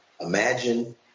Imagine